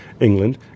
England